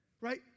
right